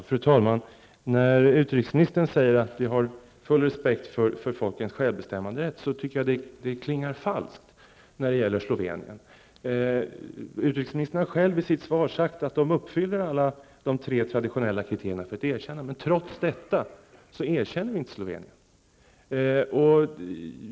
Fru talman! När utrikesministern säger att vi har full respekt för folkens självbestämmanderätt klingar det falskt när det gäller Slovenien. Utrikesministern har själv i sitt svar sagt att Slovenien uppfyller alla de tre traditionella kriterierna för ett erkännande, men trots detta erkänner vi inte Slovenien.